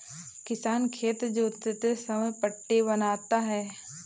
किसान खेत जोतते समय पट्टी बनाता है